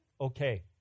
okay